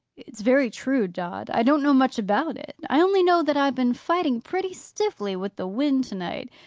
it's very true, dot. i don't know much about it. i only know that i've been fighting pretty stiffly with the wind to-night.